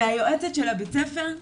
היועצת של בית הספר,